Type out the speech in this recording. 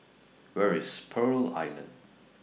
Where IS Pearl Island